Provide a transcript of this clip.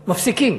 מפסיקים.